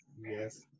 yes